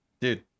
dude